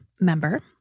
member